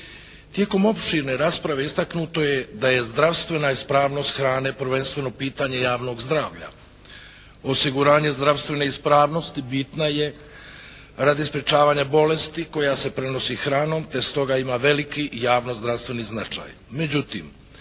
Tijekom opširne rasprave istaknuto je da je zdravstvena ispravnost hrane, prvenstveno pitanje javnog zdravlja, osiguranje zdravstvene ispravnosti bitna je radi sprječavanja bolesti koja se prenosi hranom te stoga ima veliki javno zdravstveni značaj.